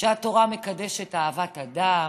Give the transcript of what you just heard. שהתורה מקדשת אהבת אדם,